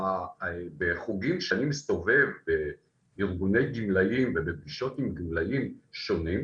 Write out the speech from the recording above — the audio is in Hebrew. בחוגים שאני מסתובב בארגוני גמלאים ובפגישות עם גמלאים שונים,